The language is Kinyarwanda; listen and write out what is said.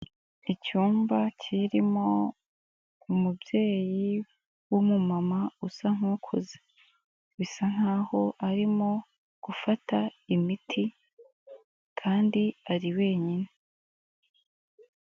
Icyumba kirimo umubyeyi w'umumama usa nk'ukuze, bisa nkaho arimo gufata imiti kandi ari wenyine.